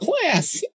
class